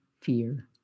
fear